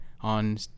on